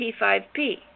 P5P